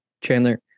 Chandler